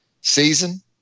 season